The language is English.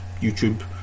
YouTube